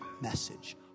message